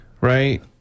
right